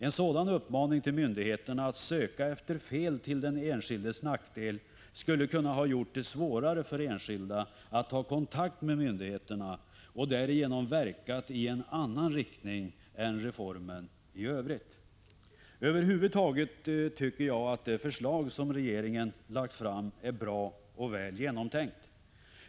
En sådan uppmaning till myndigheterna att söka efter fel till den enskildes nackdel skulle kunna ha gjort det svårare för enskilda att ta kontakt med myndigheterna och därigenom verkat i en annan riktning än reformen i övrigt. Över huvud taget tycker jag att det förslag som regeringen lagt fram är bra och väl genomtänkt.